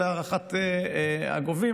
להערכת הגובים,